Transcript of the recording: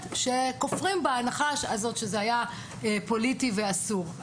שכופרים בהנחה הזאת שזה היה פוליטי ואסור.